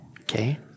Okay